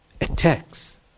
Attacks